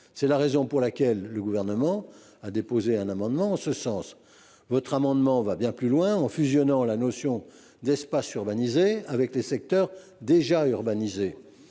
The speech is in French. C’est la raison pour laquelle le Gouvernement a déposé un amendement en ce sens. Votre amendement va bien plus loin en fusionnant la notion d’espaces urbanisés avec celle de secteurs déjà urbanisés